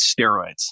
steroids